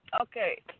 okay